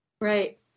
Right